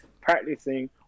practicing